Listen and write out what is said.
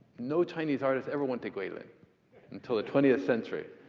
no chinese artist ever went to guilin until the twentieth century.